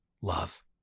love